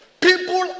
People